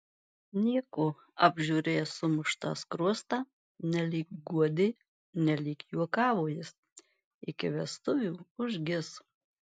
nieko apžiūrėjęs sumuštą skruostą nelyg guodė nelyg juokavo jis iki vestuvių užgis